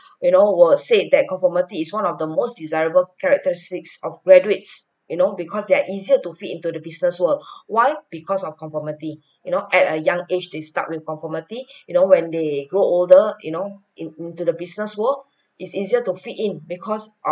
you know were said that conformity is one of the most desirable characteristics of graduates you know because they're easier to fit into the business world why because of conformity you know at a young age they start with conformity you know when they grow older you know in into the business world it's easier to fit in because